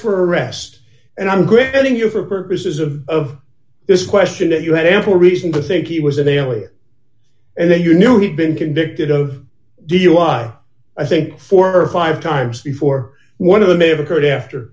for arrest and i'm granting you for purposes of this question that you had ample reason to think he was an alien and then you knew he'd been convicted of dui i think four or five times before one of them may have occurred after